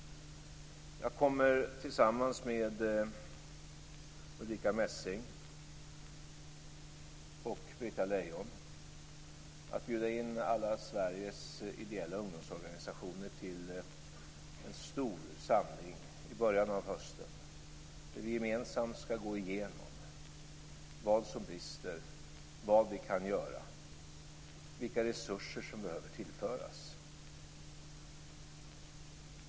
Jag kommer tillsammans med Ulrica Messing och Britta Lejon att bjuda in alla Sveriges ideella ungdomsorganisationer till en stor samling i början av hösten, där vi gemensamt skall gå igenom vad som brister, vad vi kan göra och vilka resurser som behöver tillföras.